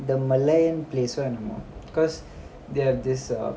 the merlion place [one] என்னமோ:ennamoo cause they have this err